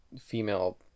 female